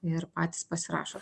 ir patys pasirašo